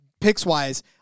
picks-wise